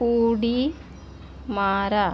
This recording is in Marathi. उडी मारा